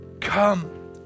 come